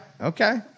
Okay